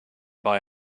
buy